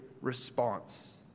response